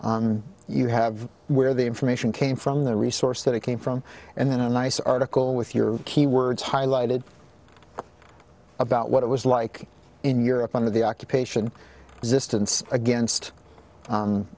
you you have where the information came from the resource that it came from and then a nice article with your key words highlighted about what it was like in europe under the occupation existence against